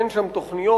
אין שם תוכניות,